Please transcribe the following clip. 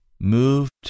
Moved